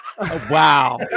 Wow